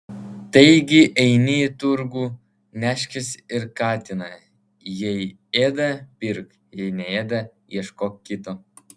taigi eini į turgų neškis ir katiną jei ėda pirk jei neėda ieškok kito